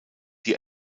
die